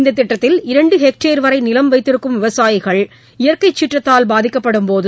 இந்த திட்டத்தில் இரண்டு ஹெக்டேர் வரை நிலம் வைத்திருக்கும் விவசாயிகள் இயற்கை சீற்றத்தால் பாதிக்கப்படும்போது